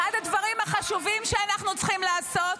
אחד הדברים החשובים שאנחנו צריכים לעשות